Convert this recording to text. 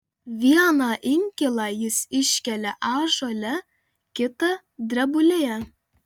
vieną inkilą jis iškelia ąžuole kitą drebulėje